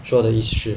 说的意思